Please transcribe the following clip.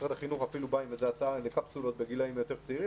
משרד החינוך אפילו בא עם איזו הצעה לקפסולות בגילאים יותר צעירים.